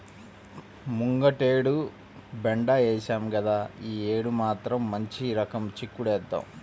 ముంగటేడు బెండ ఏశాం గదా, యీ యేడు మాత్రం మంచి రకం చిక్కుడేద్దాం